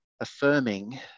affirming